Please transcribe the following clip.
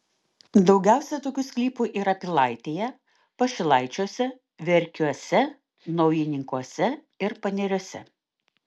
daugiausiai tokių sklypų yra pilaitėje pašilaičiuose verkiuose naujininkuose ir paneriuose